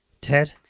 Ted